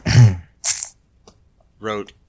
wrote